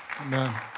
Amen